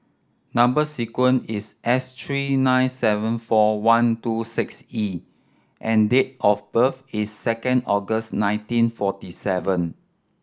number sequence is S tree nine seven four one two six E and date of birth is second August nineteen forty seven